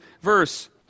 verse